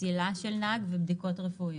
פסילה של נהג ובדיקות רפואיות.